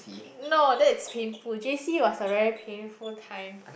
no that's painful j_c was a very painful time